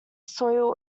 soil